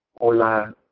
Hola